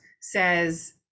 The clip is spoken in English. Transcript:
says